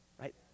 right